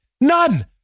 None